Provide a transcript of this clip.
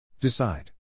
Decide